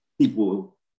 people